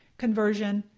conversion,